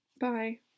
bye